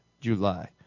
July